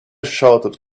shouted